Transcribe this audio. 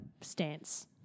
stance